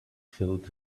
filled